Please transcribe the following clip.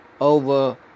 over